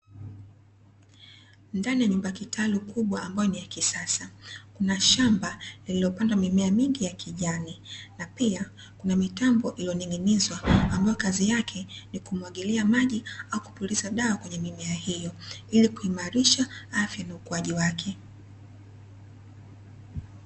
Ndani ya nyumba kitalu la kisasa ambalo Kuna shamba lililopandwa mimea mingi ya kijani na pia Kuna mitambo iliyoninginizwa ambayo kazi yake ni kumwagilia maji au kupuliza dawa kwenye mimea hiyo ili kuimarisha afya na ukuaji wake.